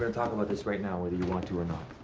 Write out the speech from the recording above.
and about this right now whether you want to or not.